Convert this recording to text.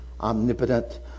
omnipotent